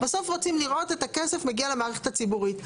בסוף רוצים לראות את הכסף מגיע למערכת הציבורית,